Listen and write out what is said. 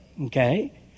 Okay